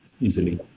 easily